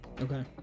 Okay